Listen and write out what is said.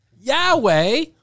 Yahweh